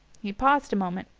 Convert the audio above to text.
he paused a moment,